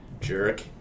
jerk